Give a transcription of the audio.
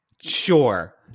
Sure